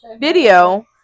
video